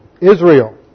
israel